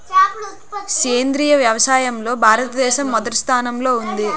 సేంద్రీయ వ్యవసాయంలో భారతదేశం మొదటి స్థానంలో ఉంది